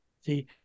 See